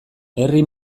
herri